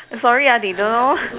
err sorry ah they don't know